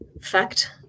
fact